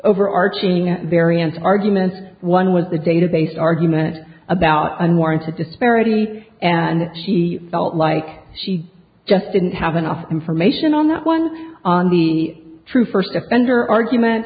overarching at variance arguments one was the database argument about unwarranted disparity and that she felt like she just didn't have enough information on that one on the true first offender argument